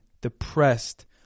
depressed